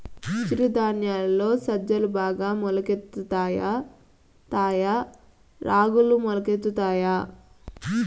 చిరు ధాన్యాలలో సజ్జలు బాగా మొలకెత్తుతాయా తాయా రాగులు మొలకెత్తుతాయా